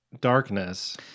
darkness